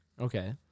Okay